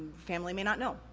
family may not know.